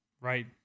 Right